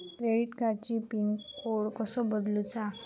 Credit कार्डची pin code कसो बदलुचा?